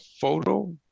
photo